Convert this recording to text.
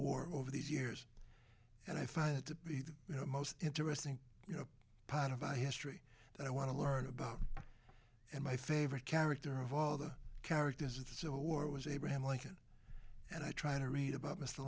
war over these years and i find it to be the most interesting you know part of my history that i want to learn about and my favorite character of all the characters of the civil war was abraham lincoln and i try to read about m